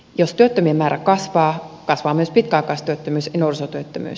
jos työttömien määrä kasvaa kasvaa myös pitkäaikaistyöttömyys ja nuorisotyöttömyys